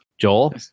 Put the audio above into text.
Joel